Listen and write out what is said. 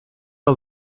all